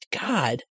God